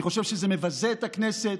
אני חושב שזה מבזה את הכנסת,